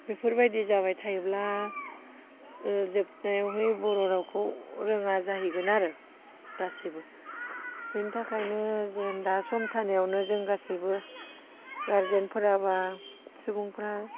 बेफोर बायदि जाबाय थायोब्ला जोबनायावहाय बर' रावखौ रोङा जाहैगोन आरो गासिबो बेनि थाखायनो जों दा सम थानायवनो जों गासिबो गारजेनफोरा बा सुबुंफोर